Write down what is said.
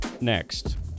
next